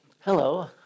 Hello